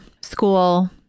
School